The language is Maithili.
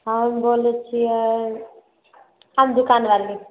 हम बोलै छिए हम दोकानवाली छिए